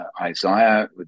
Isaiah